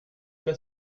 pas